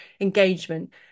engagement